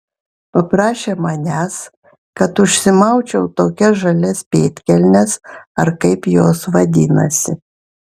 paprašė manęs kad užsimaučiau tokias žalias pėdkelnes ar kaip jos vadinasi